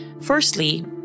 Firstly